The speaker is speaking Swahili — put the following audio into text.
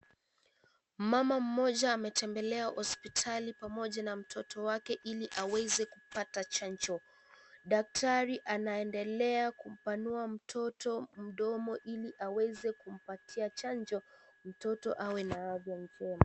Mama mmoja ametembelea hospitali pamoja na mtoto wake ili aweza kupata chanjo. Daktari anaendelea kumpanua mtoto mdomo ili aweza kumpatia chanjo, mtoto awe na afya njema.